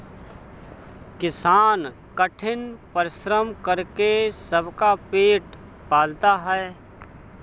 किसान कठिन परिश्रम करके सबका पेट पालता है